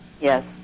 Yes